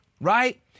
right